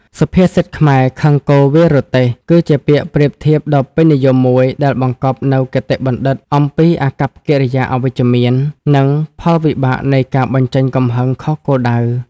សុភាសិតខ្មែរ «ខឹងគោ វាយរទេះ» គឺជាពាក្យប្រៀបធៀបដ៏ពេញនិយមមួយ ដែលបង្កប់នូវគតិបណ្ឌិតអំពី អាកប្បកិរិយាអវិជ្ជមាន និង ផលវិបាកនៃការបញ្ចេញកំហឹងខុសគោលដៅ។